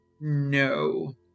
No